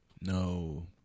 No